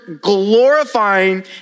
glorifying